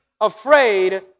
afraid